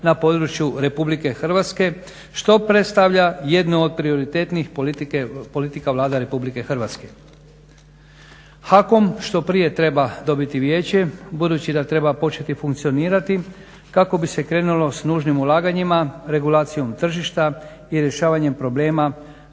na području RH što predstavlja jednu od prioritetnih politika Vlade RH. HAKOM što prije treba dobiti vijeće budući da treba početi funkcionirati kako bi se krenulo s nužnim ulaganjima, regulacijom tržišta i rješavanjem problema